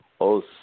Os